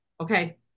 Okay